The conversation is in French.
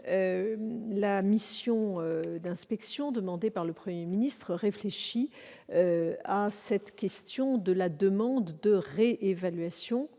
la mission d'inspection demandée par le Premier ministre réfléchit à cette question. La demande de réévaluation